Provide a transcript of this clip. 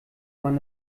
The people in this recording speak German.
man